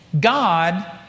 God